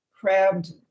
crabbed